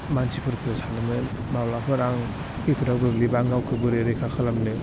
मानसिफोरखौ सानोमोन माब्लाफोर आं खैफोदाव गोग्लैबा आं गावखौ बोरै रैखा खालामनो